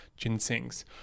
ginsengs